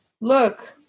Look